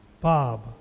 Bob